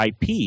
IP